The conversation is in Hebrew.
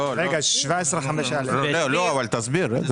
אבל תסביר.